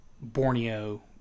Borneo